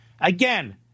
again